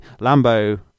lambo